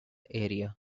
area